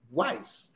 wise